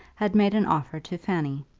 had made an offer to fanny.